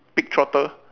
pig trotter